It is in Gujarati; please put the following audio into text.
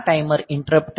આ ટાઈમર ઈંટરપ્ટ છે